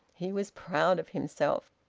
he was proud of himself.